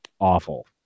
awful